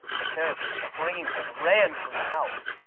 the therapist screamed and ran from the house.